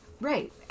Right